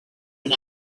and